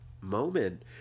moment